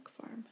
farm